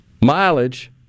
mileage